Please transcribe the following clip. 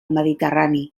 mediterrani